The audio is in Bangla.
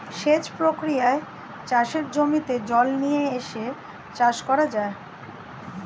সেচ প্রক্রিয়ায় চাষের জমিতে জল নিয়ে এসে চাষ করা যায়